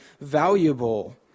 valuable